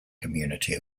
community